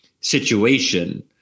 situation